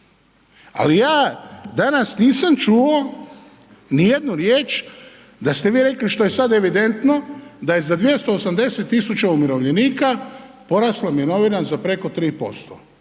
Ali ja danas nisam čuo nijednu riječ da ste vi rekli što je sada evidentno da je za 280000 umirovljenika porasla mirovina za preko 3%.